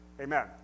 Amen